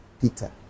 Peter